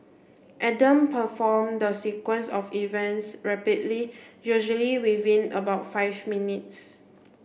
Adam performed the sequence of events rapidly usually within about five minutes